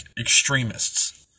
extremists